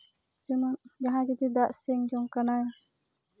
ᱡᱮᱢᱚᱱ ᱡᱟᱦᱟᱸᱭ ᱡᱩᱫᱤ ᱫᱟᱜ ᱥᱮᱱ ᱡᱚᱝ ᱠᱟᱱᱟᱭ